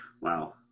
Wow